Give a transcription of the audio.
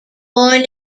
born